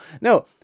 Now